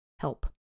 help